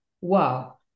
Wow